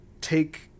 take